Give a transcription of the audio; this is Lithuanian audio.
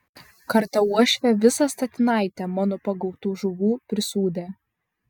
kartą uošvė visą statinaitę mano pagautų žuvų prisūdė